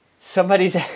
Somebody's